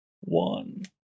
one